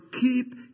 keep